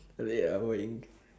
tak boleh ah boy